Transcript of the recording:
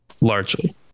largely